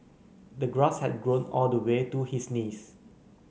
the grass had grown all the way to his knees